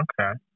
Okay